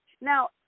Now